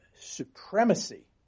supremacy